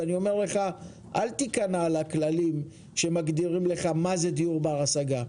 אל תיכנע לכללים שמגדירים לך מה זה דיור בר השגה.